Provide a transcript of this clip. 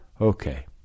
okay